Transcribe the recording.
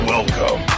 Welcome